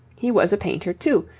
he was a painter too,